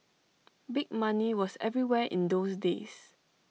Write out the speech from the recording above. big money was everywhere in those days